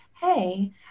hey